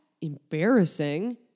embarrassing